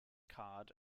card